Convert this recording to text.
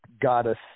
goddess